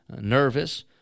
nervous